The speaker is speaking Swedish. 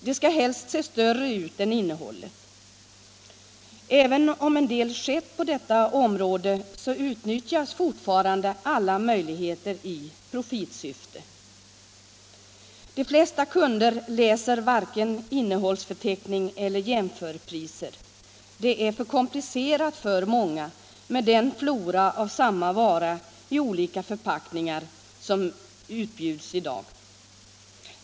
De skall helst se större ut än innehållet. Även om en del har skett på detta område utnyttjas fortfarande alla möjligheter i profitsyfte. De flesta kunder läser varken innehållsförteckning eller jämförpriser. Det är för komplicerat för många med den flora av samma vara i olika förpackningar som utbjuds i dag.